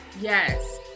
yes